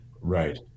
Right